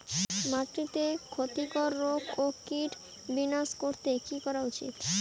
মাটিতে ক্ষতি কর রোগ ও কীট বিনাশ করতে কি করা উচিৎ?